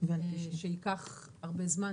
שייקח הרבה זמן,